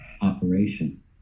operation